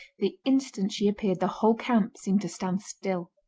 the instant she appeared the whole camp seemed to stand still.